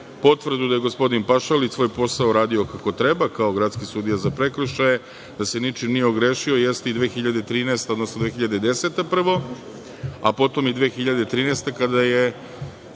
Potvrdu da je gospodin Pašalić svoj posao radio kako treba kao gradski sudija za prekršaje, da se ničim nije ogrešio jeste i 2013. odnosno 2010. prvo, a potom i 2013. kada je